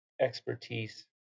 expertise